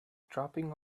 dropping